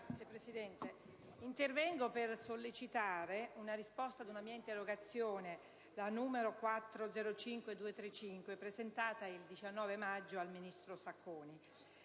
Signora Presidente, intervengo per sollecitare la risposta a una mia interrogazione, la 4-05235, presentata il 19 maggio scorso al ministro Sacconi.